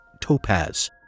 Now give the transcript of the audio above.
topaz